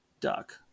duck